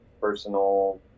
personal